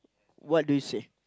what do you say